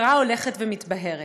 ההכרה הולכת מתבהרת,